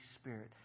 Spirit